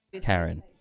Karen